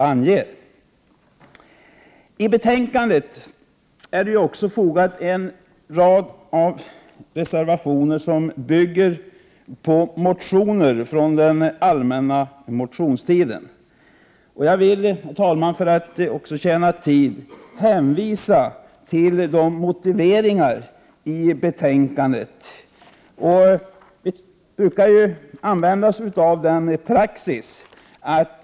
Till betänkandet har också fogats en rad reservationer, som bygger på motioner som väckts under den allmänna motionstiden. Jag vill, herr talman, för att tjäna tid inskränka mig till att hänvisa till de motiveringar för yrkandena om avslag på dessa motioner som anförs i betänkandet.